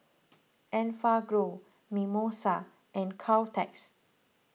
Enfagrow Mimosa and Caltex